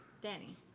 Danny